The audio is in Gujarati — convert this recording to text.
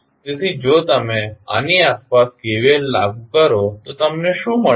તેથી જો તમે આની આસપાસ KVL લાગુ કરો તો તમને શું મળે છે